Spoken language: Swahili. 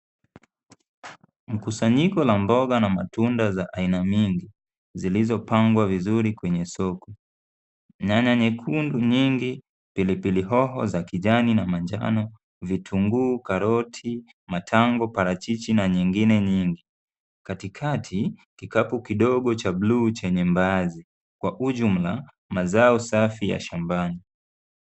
Mkusanyiko wa mboga za aina mingi zilizopangwa vizuri kwenye soko. Nyanya nyekundu nyingi, pilipili hoho za kijani na manjano, vitunguu, karoti, matango, parachichi na nyingine nyingi. Katikati kikapu kidogo cha buluu chenye mbaazi, kwa ujumla mazao safi ya shambani.